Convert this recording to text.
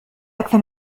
أكثر